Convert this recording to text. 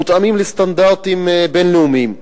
מותאמים לסטנדרטים בין-לאומיים,